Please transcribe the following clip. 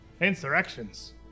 Insurrections